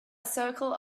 circle